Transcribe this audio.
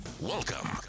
Welcome